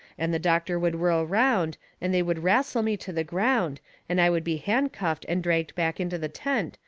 and the doctor would whirl round and they would wrastle me to the ground and i would be handcuffed and dragged back into the tent,